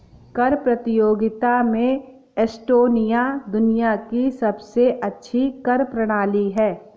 कर प्रतियोगिता में एस्टोनिया दुनिया की सबसे अच्छी कर प्रणाली है